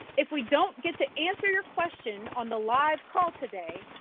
if we don't get to answer your question on the live call today,